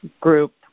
group